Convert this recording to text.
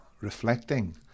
reflecting